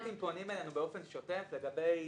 סטודנטים פונים אלינו באופן שוטף לגבי